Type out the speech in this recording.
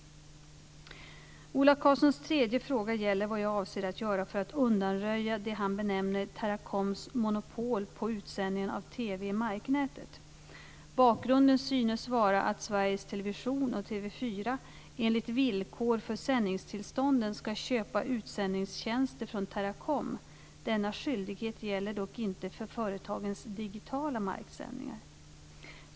Ola Karlssons tredje fråga gäller vad jag avser att göra för att undanröja det han benämner Teracoms monopol på utsändningen av TV i marknätet. Bakgrunden synes vara att Sveriges Television och TV 4 enligt villkor för sändningstillstånden ska köpa utsändningstjänster från Teracom. Denna skyldighet gäller dock inte för företagens digitala marksändningar.